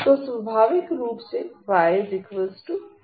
तो स्वाभाविक रूप से y 4 है